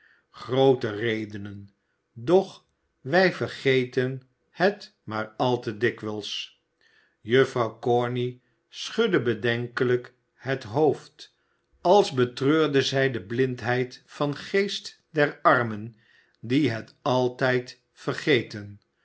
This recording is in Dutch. groote redenen doch wij vergeten het maar al te dikwijls juffrouw corney schudde bedenkelijk het hoofd als betreurde zij de blindheid van geest der armen die het altijd vergeten